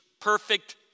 perfect